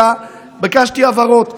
אלא ביקשתי הבהרות.